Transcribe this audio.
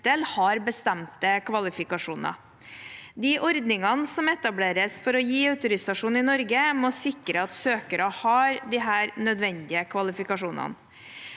har bestemte kvalifikasjoner. De ordningene som etableres for å gi autorisasjon i Norge, må sikre at søkere har disse nødvendige kvalifikasjonene.